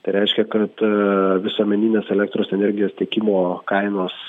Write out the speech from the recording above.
tai reiškia kad aa visuomeninės elektros energijos tiekimo kainos